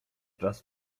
czas